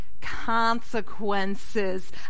consequences